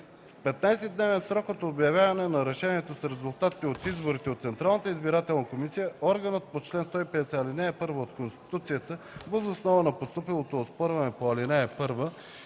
В 15-дневен срок от обявяването на решението с резултатите от изборите от Централната избирателна комисия органът по чл. 150, ал. 1 от Конституцията въз основа на постъпилото оспорване по ал. 1